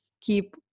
keep